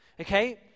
okay